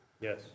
Yes